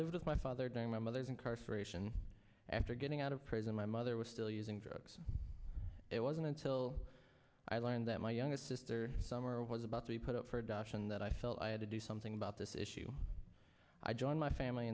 lived with my father during my mother's incarceration after getting out of prison my mother was still using drugs it wasn't until i learned that my youngest sister summer was about to be put up for adoption that i felt i had to do something about this issue i joined my family